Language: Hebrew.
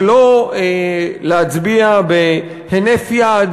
ולא להצביע בהינף יד